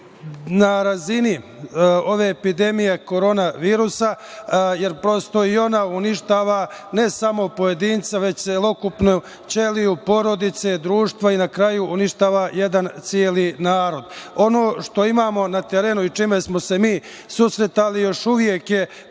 na razini ove epidemije „korona virusa“, jer prosto, i ona uništava ne samo pojedinca, već celokupnu ćeliju porodice, društva i na kraju uništava jedan celi narod. Ono što imamo na terenu i sa čime smo se mi susretali, još uvek je